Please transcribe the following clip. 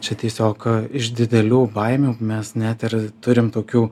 čia tiesiog iš didelių baimių mes net ir turim tokių